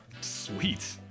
sweet